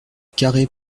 carhaix